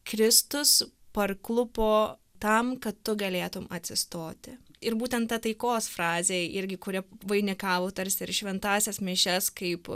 kristus parklupo tam kad tu galėtum atsistoti ir būtent ta taikos frazė irgi kuri vainikavo tarsi ir šventąsias mišias kaip